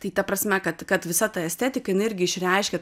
tai ta prasme kad kad visa ta estetika jinai irgi išreiškia